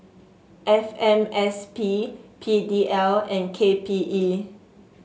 F M S P P D L and K P E